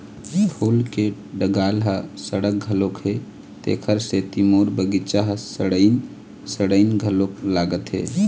फूल के डंगाल ह सड़त घलोक हे, तेखरे सेती मोर बगिचा ह सड़इन सड़इन घलोक लागथे